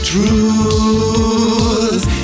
Truth